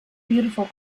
beautiful